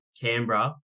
Canberra